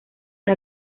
una